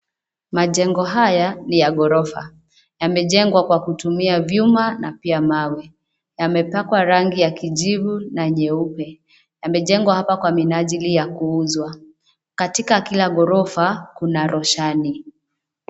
Majengo haya ni ya ghorofa, yamejengwa kwa kutumia vyuma na pia mawe, yamepakwa rangi ya kijivu na nyeupe, yamejengwa hapa kwa minajili ya kuuzwa. Katika kila ghorofa kuna roshani.